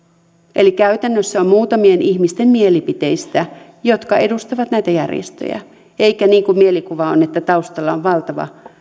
eli käytännössä on kyse muutamien ihmisten mielipiteistä jotka edustavat näitä järjestöjä eikä niin kuin mielikuva on että taustalla on valtava